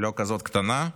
לא כזאת קטנה,